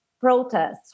protests